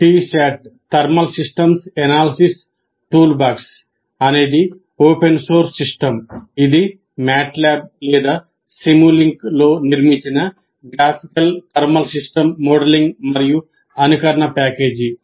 TSAT thermal systems analysis టూల్బాక్స్అనేది open source system ఇది MATLAB లేదా Simulink లో నిర్మించిన గ్రాఫికల్ థర్మల్ సిస్టమ్ మోడలింగ్ మరియు అనుకరణ ప్యాకేజీ